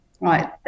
right